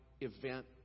event